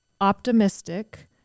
optimistic